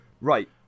Right